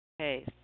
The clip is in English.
Okay